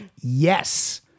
Yes